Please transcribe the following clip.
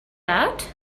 out